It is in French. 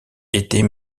était